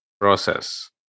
process